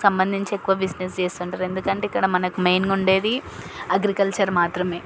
సంబంధించి ఎక్కువ బిజినెస్ చేస్తుంటరు ఎందుకంటే ఇక్కడ మనకు మెయిన్గుండేది అగ్రికల్చర్ మాత్రమే